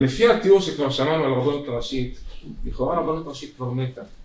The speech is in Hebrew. לפי התיאור שכבר שמענו על הרבנות הראשית, לכאורה הרבנות הראשית כבר מתה.